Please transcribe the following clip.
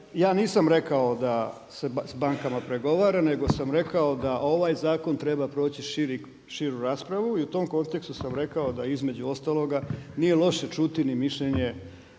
Ja nisam rekao da se s bankama pregovara nego sam rekao da ovaj zakon treba proći širu raspravu i u tom kontekstu sam rekao da između ostaloga nije loše čuti ni mišljenje